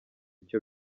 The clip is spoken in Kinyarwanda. icyo